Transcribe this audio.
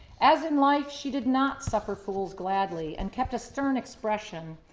as in life she did not suffer fools gladly and kept a stern expression.